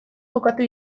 jokatu